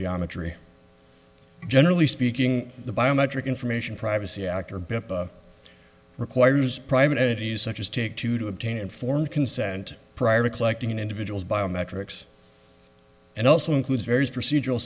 geometry generally speaking the biometric information privacy act or requires private entities such as take two to obtain informed consent prior to collecting an individual's biometrics and also includes various procedural